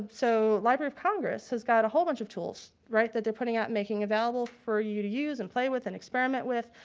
so, library of congress has got a whole bunch of tools, right, that they're putting out and making available for you to use and play with and experiment with.